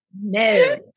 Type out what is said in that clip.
No